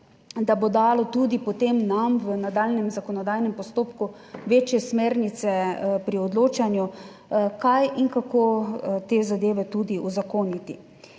da bo dalo tudi potem nam v nadaljnjem zakonodajnem postopku večje smernice pri odločanju, kaj in kako te zadeve tudi uzakoniti.